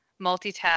multitask